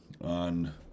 on